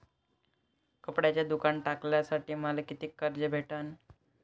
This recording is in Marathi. कपड्याचं दुकान टाकासाठी मले कितीक कर्ज भेटन?